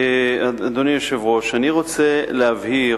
אדוני היושב-ראש, אני רוצה להבהיר